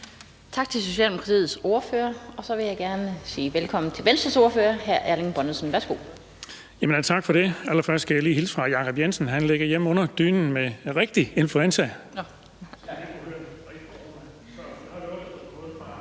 Tak til Socialdemokratiets ordfører. Og så vil jeg gerne sige velkommen til Venstres ordfører, hr. Erling Bonnesen. Værsgo. Kl. 16:29 (Ordfører) Erling Bonnesen (V): Tak for det. Allerførst skal jeg lige hilse fra hr. Jacob Jensen, der ligger hjemme under dynen med rigtig influenza.